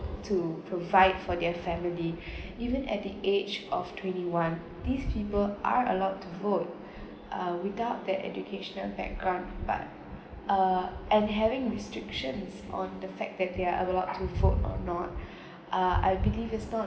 to provide for their family even at the age of twenty one these people are allowed to vote uh without that educational background but uh and having restrictions on the fact that they are allowed to vote or not ah I believe it's not